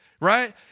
right